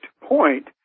point